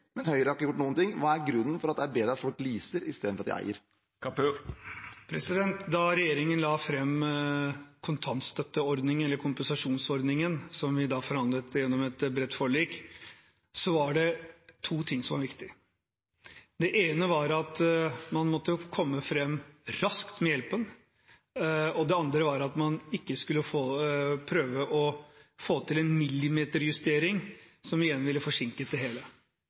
men Høyre har ikke gjort noe. Hva er grunnen til at det er bedre at folk leaser i stedet for å eie? Da regjeringen la fram kompensasjonsordningen, som vi forhandlet fram gjennom et bredt forlik, var det to ting som var viktig. Det ene var at man måtte komme fram raskt med hjelpen, og det andre var at man ikke skulle prøve å få til en millimeterjustering, som igjen ville forsinket det hele.